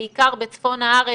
בעיקר בצפון הארץ,